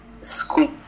squeak